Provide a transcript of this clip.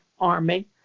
army